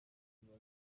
bwa